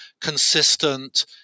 consistent